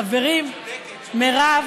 חברים, מרב.